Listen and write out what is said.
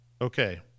Okay